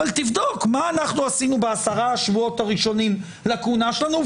אבל תבדוק מה אנחנו עשינו בעשרת השבועות הראשונים לכהונה שלנו,